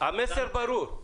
תודה, המסר ברור.